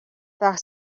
байх